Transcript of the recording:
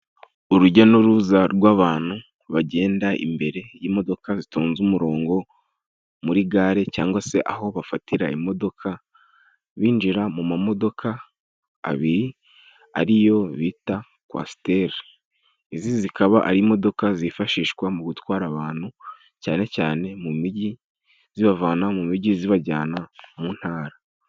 Urujya n'uruza rw'abantu bagenda imbere y'imodoka zitonze umurongo muri gare cyangwa se aho bafatira imodoka, binjira mu mamodoka abiri ari yo bita kwasteri. Izi zikaba ari imodoka zifashishwa mu gutwara abantu cyane cyane mu mijyi, zibavana mu mijyi zibajyana mu ntara.